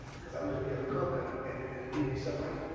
because i'm going to be a cook and and in a navy submarine.